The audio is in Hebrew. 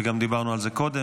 וגם דיברנו על זה קודם,